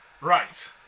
Right